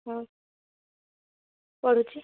ହଁ ପଢ଼ୁଛି